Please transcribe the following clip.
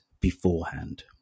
beforehand